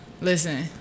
Listen